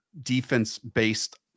defense-based